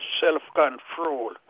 Self-control